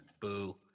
Boo